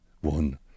one